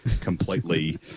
completely